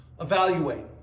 evaluate